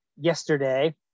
yesterday